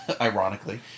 ironically